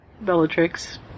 Bellatrix